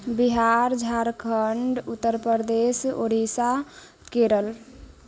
Bihar Jharkhand Uttar Pradesh Orissa Kerala